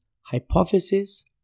hypothesis